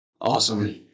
awesome